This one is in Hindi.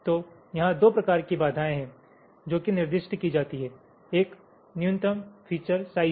तो यहाँ 2 प्रकार की बाधाएं हैं जो कि निर्दिष्ट की जाती हैं एक न्यूनतम फीचर साइज़ है